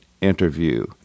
interview